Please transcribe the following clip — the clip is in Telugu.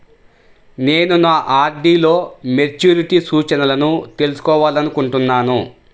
నేను నా ఆర్.డీ లో మెచ్యూరిటీ సూచనలను తెలుసుకోవాలనుకుంటున్నాను